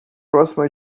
próxima